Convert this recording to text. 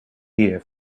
year